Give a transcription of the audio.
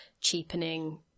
cheapening